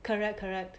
correct correct